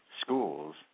schools